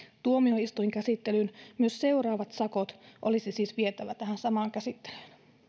tuomioistuinkäsittelyyn myös seuraavat sakot olisi vietävä tähän samaan käsittelyyn